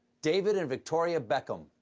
david and victoria beckham.